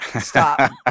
stop